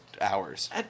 hours